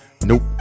Nope